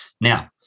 Now